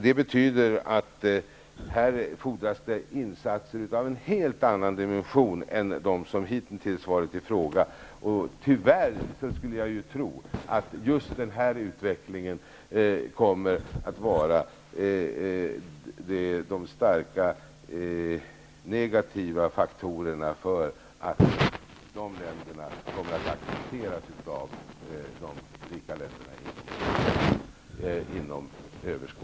Det betyder att det fordras insatser av en helt annan dimension än de insatser som hitintills kommit i fråga. Tyvärr tror jag att just denna utveckling kommer att utgöra en stark negativ faktor när det gäller att dessa länder inom överskådlig tid skall accepteras av de rika länderna.